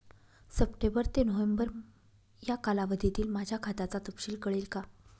September ते November या कालावधीतील माझ्या खात्याचा तपशील कळेल का?